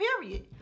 period